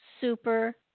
super